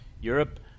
Europe